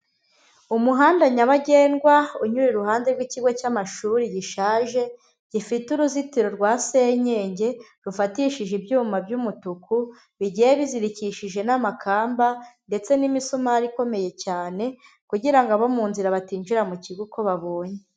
Umuhanda nyabagendwa unyura iruhande rw'ikigo cy'amashuri gishaje, gifite uruzitiro rwa senyenge rufatishije ibyuma by'umutuku, bigiye bizirikishije n'amakamba ndetse n'imisumari ikomeye cyane, kugira ngo abo mu nzira batinjira mu kigo uko babonye.